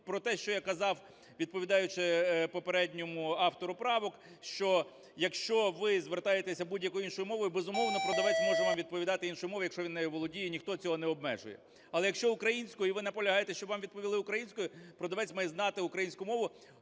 про те, що я казав, відповідаючи попередньому автору правок, що, якщо ви звертаєтеся будь-якою іншою мовою, безумовно, продавець може вам відповідати іншою мовою, якщо він нею володіє, ніхто цього не обмежує. Але якщо українською, і ви наполягаєте, щоб вам відповіли українською, продавець має знати українську мову